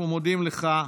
אנחנו מודים לך.